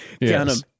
Yes